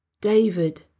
David